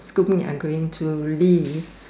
screw me I'm going to leave